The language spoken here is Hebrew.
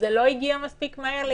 לא הגיע מספיק מהר.